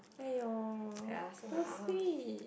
!aiyo! so sweet